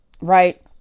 Right